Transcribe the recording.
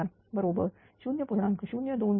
0235 तर हे 60